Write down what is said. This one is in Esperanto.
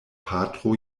patro